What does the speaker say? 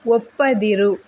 ಒಪ್ಪದಿರು